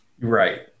Right